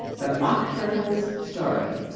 the mock turtle's story